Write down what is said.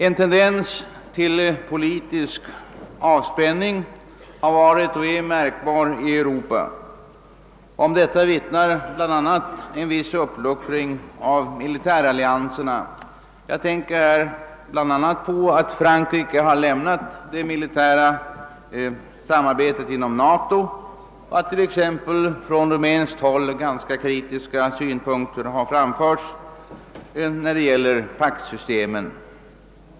En tendens till politisk avspänning har varit och är märkbar i Europa. Om detta vittnar bl.a. en viss uppluckring av militärallianserna. Jag tänker exempelvis på att Frankrike lämnat det militära samarbetet inom NATO och att från rumänskt håll ganska kritiska synpunkter har framförts när det gäller paktsystemen.